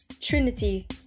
Trinity